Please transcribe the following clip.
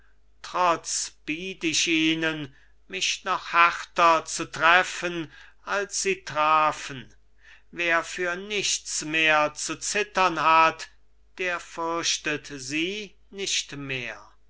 biet ich ihnen mich noch härter zu treffen als sie trafen wer für nichts mehr zu zittern hat der fürchtet sie nicht mehr